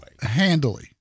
Handily